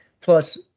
Plus